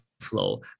flow